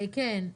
נירה שפק.